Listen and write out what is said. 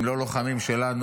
הם לא לוחמים שלנו,